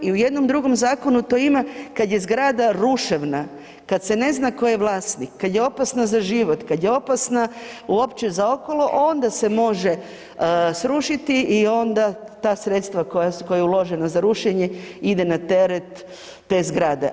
I u jednom drugom zakonu to ima kada je zgrada ruševna, kad se ne zna tko je vlasnik, kad je opasna za život, kada je opasna uopće za okolo onda se može srušiti i onda ta sredstva koja su uložena za rušenje ide na teret te zgrade.